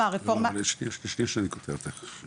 הרפורמה --- סליחה שאני קוטע אותך.